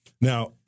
Now